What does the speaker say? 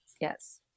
Yes